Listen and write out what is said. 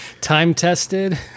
time-tested